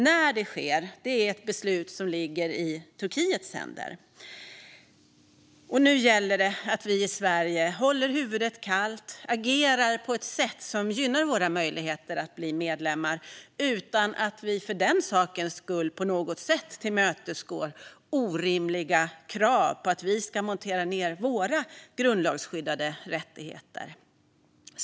När detta sker är ett beslut som ligger i Turkiets händer. Nu gäller det att vi i Sverige håller huvudet kallt och agerar på ett sätt som gynnar våra möjligheter att bli medlem utan att vi för den sakens skull tillmötesgår orimliga krav på att vi ska montera ned våra grundlagsskyddade rättigheter.